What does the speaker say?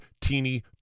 teeny